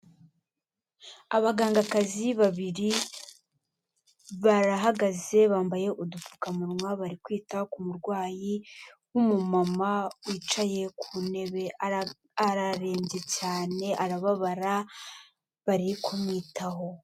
Abagangakazi babiri barahagaze, bambaye udupfukamunwa, bari kwita ku murwayi w'umumama wicaye ku ntebe, ararembye cyane, arababara, bari kumwitaho.